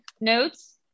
notes